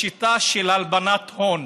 בשיטה של הלבנת הון,